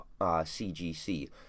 CGC